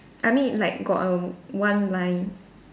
I mean like got a one line